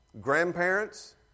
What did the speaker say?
Grandparents